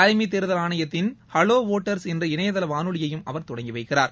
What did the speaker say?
தலைமைத் தேர்தல் ஆணையத்தின் ஹலோ வோட்டர்ஸ் என்ற இணையதள வானொலியையும் அவர் தொடங்கி வைக்கிறார்